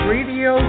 Radio